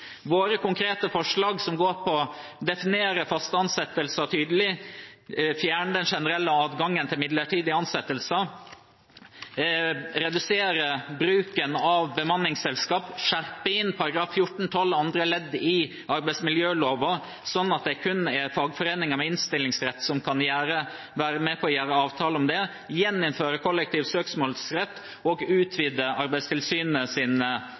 Våre konkrete forslag går ut på å definere faste ansettelser tydelig, fjerne den generelle adgangen til midlertidige ansettelser, redusere bruken av bemanningsselskap, skjerpe inn § 14-12 andre ledd i arbeidsmiljøloven, slik at det kun er fagforeninger med innstillingsrett som kan være med på å inngå avtaler om det, gjeninnføre kollektiv søksmålsrett og